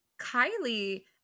Kylie